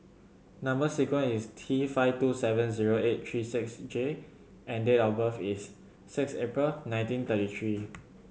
number sequence is T five two seven zero eight three six J and date of birth is six April nineteen thirty three